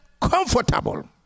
comfortable